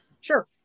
Sure